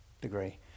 degree